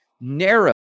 narrow